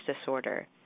disorder